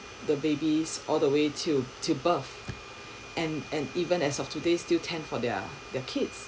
the babies all the way to to birth and and even as of today still tend for their their kids